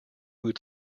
would